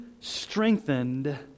strengthened